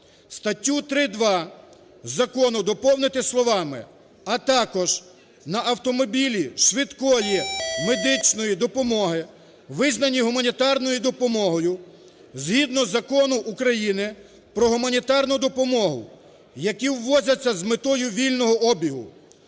статтю 3.2 закону доповнити словами "а також на автомобілі швидкої медичної допомоги, визнані гуманітарною допомогою, згідно Закону України про гуманітарну допомогу, які ввозяться з метою вільного обігу".